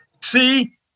See